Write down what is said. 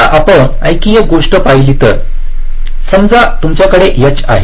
आता आपण आणखी एक गोष्ट पाहिली तर समजा तुमच्याकडे H आहे